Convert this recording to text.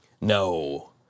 No